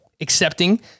accepting